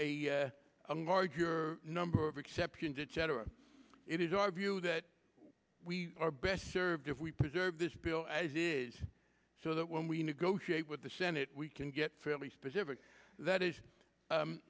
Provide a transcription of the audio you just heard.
to a large your number of exceptions etc it is our view that we are best served if we preserve this bill as it is so that when we negotiate with the senate we can get fairly specific that is